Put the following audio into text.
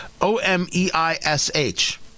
O-M-E-I-S-H